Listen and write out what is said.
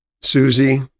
Susie